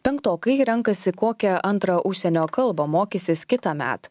penktokai renkasi kokią antrą užsienio kalbą mokysis kitąmet